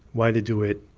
why they do it.